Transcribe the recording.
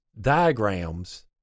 diagrams